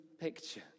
picture